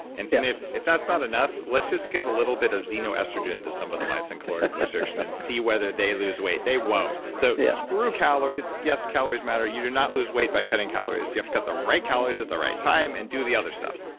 and if if that's not enough, let's just give a little bit of xenoestrogen to some of the mice in caloric research and then see whether they lose weight. they won't. so yeah screw calories. yes, calories matters. you do not lose weight by cutting calories. you have to cut the right calories at the right time and do the other stuff.